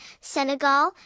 Senegal